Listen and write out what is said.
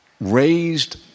raised